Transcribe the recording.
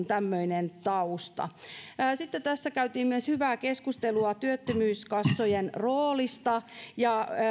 tämmöinen tausta tällä on sitten tässä käytiin myös hyvää keskustelua työttömyyskassojen roolista ja